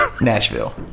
Nashville